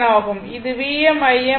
இது Vm Im 2 வரி